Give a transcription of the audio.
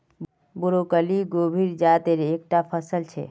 broccoli गोभीर जातेर एक टा फसल छे